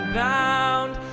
bound